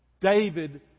David